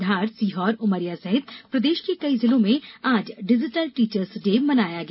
धार सीहोर उमरिया सहित प्रदेश के कई जिलों में आज डिजिटल टीचर्स डे मनाया गया